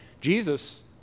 Jesus